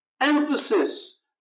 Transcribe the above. emphasis